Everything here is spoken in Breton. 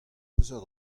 peseurt